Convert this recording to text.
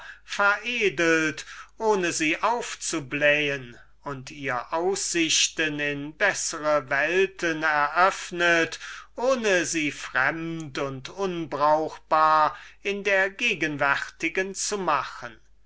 veredelt ohne sie aufzublähen und ihr aussichten in bessere welten eröffnet ohne sie fremd und unbrauchbar in der gegenwärtigen zu machen